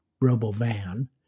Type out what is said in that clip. robo-van